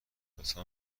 لطفا